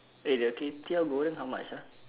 eh the kway teow goreng how much ah